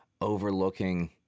overlooking